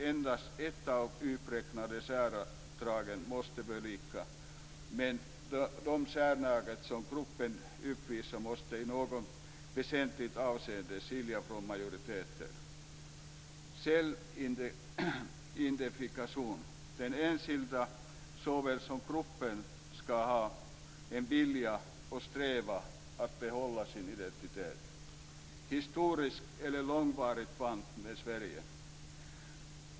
Endast ett av de uppräknade särdragen måste föreligga men de särdrag som gruppen uppvisar måste i något väsentligt avseende skilja den från majoriteten, · självidentifikation. Den enskilde såväl som gruppen ska ha en vilja och strävan att behålla sin identitet, · historiska eller långvariga band med Sverige.